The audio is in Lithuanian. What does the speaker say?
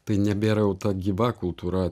tai nebėra jau ta gyva kultūra